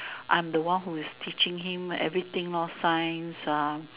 I'm the one who's teaching him everything lor science ah